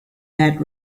that